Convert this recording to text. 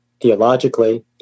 theologically